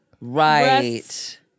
Right